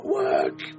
work